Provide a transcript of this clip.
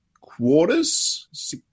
quarters